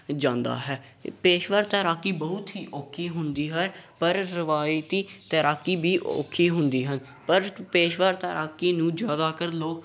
ਜਾਂਦਾ ਹੈ ਪੇਸ਼ਵਰ ਤੈਰਾਕੀ ਬਹੁਤ ਹੀ ਔਖੀ ਹੁੰਦੀ ਹੈ ਪਰ ਰਵਾਇਤੀ ਤੈਰਾਕੀ ਵੀ ਔਖੀ ਹੁੰਦੀ ਹਨ ਪਰ ਪੇਸ਼ਵਾਰ ਤੈਰਾਕੀ ਨੂੰ ਜ਼ਿਆਦਾਤਰ ਲੋਕ